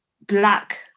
black